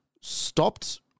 stopped